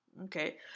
Okay